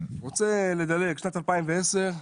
אני רוצה לדלג לשנת 2010,